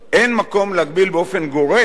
אין מקום להגביל באופן גורף